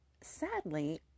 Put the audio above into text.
sadly